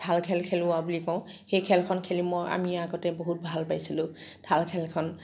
ঢাল খেল খেলোৱা বুলি কওঁ সেই খেলখন খেলি মই আমি আগতে বহুত ভাল পাইছিলোঁ ঢাল খেলখন